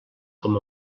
com